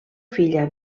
filla